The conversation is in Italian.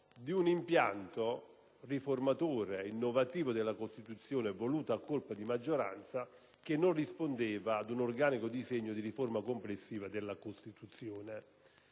di un impianto riformatore e innovativo realizzato a colpi di maggioranza, ma che non rispondeva ad un organico disegno di riforma complessiva della Costituzione.